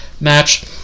match